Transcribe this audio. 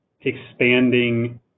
expanding